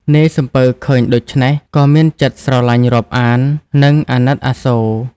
នាយសំពៅឃើញដូច្នេះ ក៏មានចិត្តស្រលាញ់រាប់អាន និងអាណិតអាសូរ។